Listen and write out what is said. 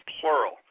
plural